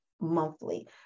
monthly